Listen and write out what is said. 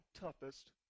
toughest